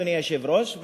אדוני היושב-ראש,